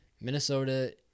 Minnesota